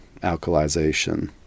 alkalization